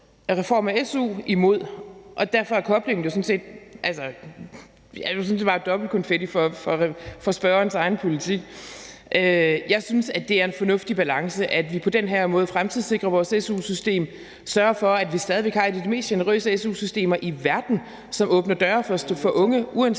Jeg synes, det er en fornuftig balance, at vi på den her måde fremtidssikrer vores su-system og sørger for, at vi stadig væk har et af de mest generøse su-systemer i verden, som åbner døre for unge, uanset